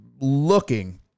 looking